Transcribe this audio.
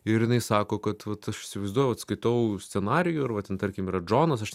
ir jinai sako kad vat aš įsivaizduoju vat skaitau scenarijų ir va ten tarkim džonas aš